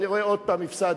אני רואה שעוד פעם הפסדתי.